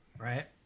Right